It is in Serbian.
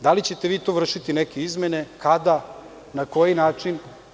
Da li ćete vi tu vršiti neke izmene, kada, na koji način?